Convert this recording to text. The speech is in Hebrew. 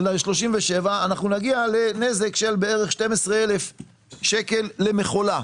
ל-37 נגיע לנזק של כ-12,000 שקל למכולה.